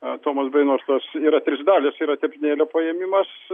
tomas beinortas yra trys dalys yra tepinėlio paėmimas